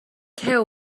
care